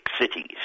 cities